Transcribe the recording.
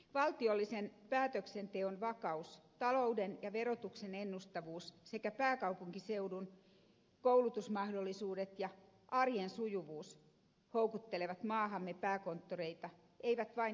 valtiollisen päätöksenteon vakaus talouden ja verotuksen ennustettavuus sekä pääkaupunkiseudun koulutusmahdollisuudet ja arjen sujuvuus houkuttelevat maahamme pääkonttoreita eivät vain myyntikonttoreita